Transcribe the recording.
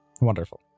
Wonderful